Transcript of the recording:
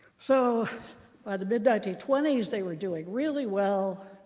so by the mid nineteen twenty s, they were doing really well